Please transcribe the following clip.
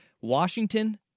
Washington